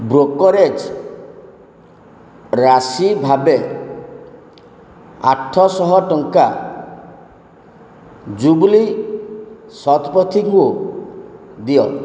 brokerage ରାଶି ଭାବେ ଆଠଶହ ଟଙ୍କା ଜୁବ୍ଲି ଶତପଥୀଙ୍କୁ ଦିଅ